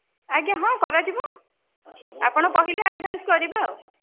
ଆଜ୍ଞା ହଁ କରାଯିବ ଆପଣ କହିଲେ ଆଡ଼ଭାନ୍ସ କରିବା ଆଉ